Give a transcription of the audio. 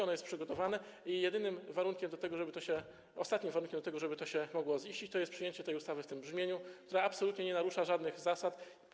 Ono jest przygotowane i jedynym warunkiem do tego, żeby to się... ostatnim warunkiem do tego, żeby to się mogło ziścić, jest przyjęcie tej ustawy w tym brzmieniu, które absolutnie nie narusza żadnych zasad.